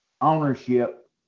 ownership